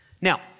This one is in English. Now